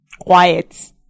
quiet